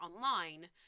online